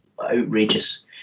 outrageous